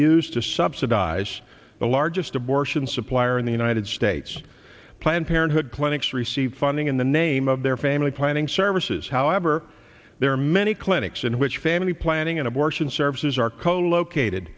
used to subsidize the largest abortion supplier in the united states planned parenthood clinics receive funding in the name of their family planning services however there are many clinics in which family planning and abortion services are colocated